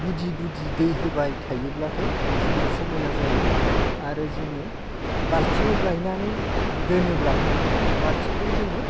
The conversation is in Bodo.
गुदि गुदि दै होबाय थायोब्लाथाय जोबोद समायना जायो आरो जोङो बालथिङाव गायनानै दोनोब्लाथाय बालथिंखौ जोङो